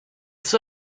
suo